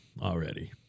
already